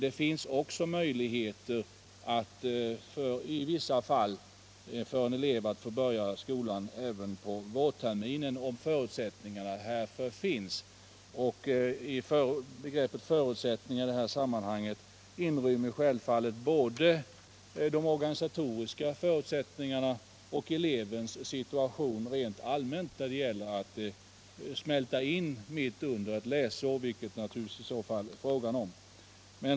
En elev kan i vissa fall också få börja skolan på vårterminen, om det finns förutsättningar. Begreppet förutsättningar inrymmer i detta sammanhang självfallet både de organisatoriska möjligheterna och elevens förmåga rent allmänt att börja mitt inne i ett läsår, vilket det naturligtvis i så fall blir fråga om.